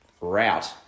route